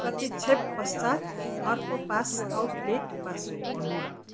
प्रतिक्षेप पश्चात् अर्को pass outlet pass हो